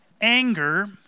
anger